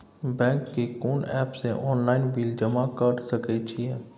Bank के कोन app से ऑनलाइन बिल जमा कर सके छिए?